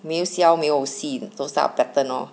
没有消没有息 those type of pattern lor